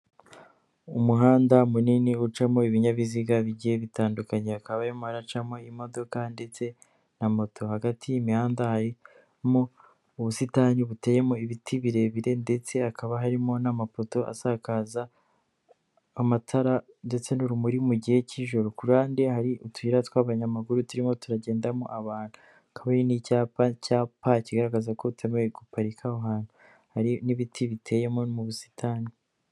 Umuhanda munini ucamo ibinyabiziga bigiye bitandukanye, hakaba maracamo imodoka ndetse na moto hagati y'imihanda, harimo ubusitani buteyemo ibiti birebire ndetse hakaba harimo n'amapoto asakaza amatara ndetse n'urumuri mu gihe cy'ijoro, kuhande hari utuyira tw'abanyamaguru turimo turagendamo abantu, hakaba n'icyapa cya pa kigaragaza ko bitemewe guparika aho ahantu, hari n'ibiti biteyemo mu busitani.